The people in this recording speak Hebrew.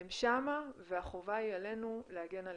הם שם והחובה היא עלינו להגן עליהם.